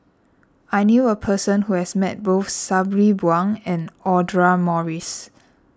I knew a person who has met both Sabri Buang and Audra Morrice